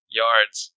yards